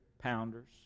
Pounders